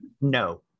No